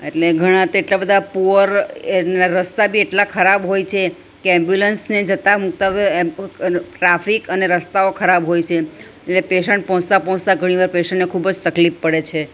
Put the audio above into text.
એટલે ઘણા તેટલા બધા પૂઅર એના રસ્તા બી એટલા ખરાબ હોય છે કે એંબ્યુલન્સને જતાં મુખ્યત્વે ટ્રાફિક અને રસ્તાઓ ખરાબ હોય છે એટલે પેશન્ટ પહોંચતા પહોંચતા ઘણી વાર પેશન્ટને ખૂબ જ તકલીફ પડે છે